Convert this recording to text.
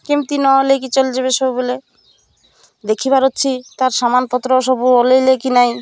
କେମିତି ନହେଲେ କି ଚାଲିଯବେ ସବୁବେଳେ ଦେଖିବାର ଅଛି ତା'ର୍ ସାମାନ ପତ୍ର ସବୁ ଓହ୍ଲାଇଲେ କି ନାହିଁ